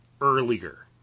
earlier